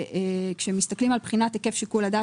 כאשר מסתכלים על בחינת היקף שיקול הדעת